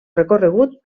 recorregut